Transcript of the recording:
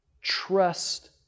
trust